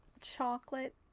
chocolate